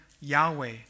Yahweh